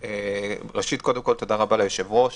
ראשית, תודה רבה ליושב-ראש